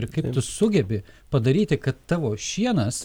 ir kaip sugebi padaryti kad tavo šienas